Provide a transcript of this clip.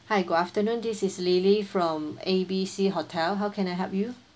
hi good afternoon this is lily from A B C hotel how can I help you